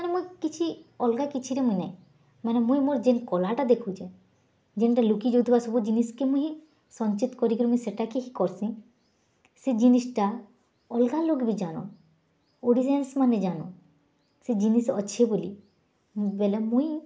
ମାନେ ମୁଇଁ ଅଲଗା କିଛିରେ ନାହିଁ ମାନେ ମୁଇଁ ମୋର୍ ଯେନ୍ କଲାଟା ଦେଖୁଛେ ଯେନ୍ଟା ଲୁକିଯାଉଥିବା ସବୁ ଜିନିଷ୍କେ ମୁହିଁ ସଞ୍ଚିତ୍ କରି ମୁଇଁ ସେଟାକେ ହି କର୍ସିଁ ସେ ଜିନିଷ୍ଟା ଅଲ୍ଗା ଲୋଗ୍ ବି ଜାନନ୍ ବି ଜାନ ସେ ଜିନିଶ୍ ଅଛେ ବୋଲି ବେଲେ ମୁଇଁ